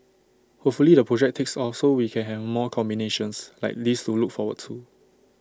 hopefully the project takes off so we can have more combinations like this to look forward to